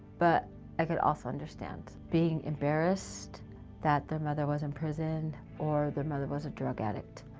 but i could also understand being embarrassed that their mother was in prison or their mother was a drug addict.